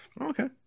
Okay